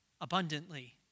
abundantly